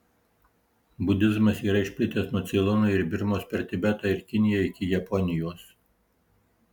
budizmas yra išplitęs nuo ceilono ir birmos per tibetą ir kiniją iki japonijos